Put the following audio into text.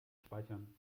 speichern